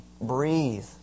Breathe